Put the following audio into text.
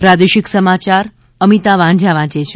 પ્રાદેશિક સમાયાર અમિતા વાંઝા વાંચે છે